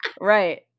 Right